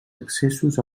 accessos